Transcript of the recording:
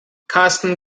karsten